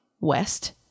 West